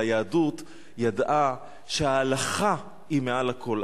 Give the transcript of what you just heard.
אבל היהדות ידעה שההלכה היא מעל הכול.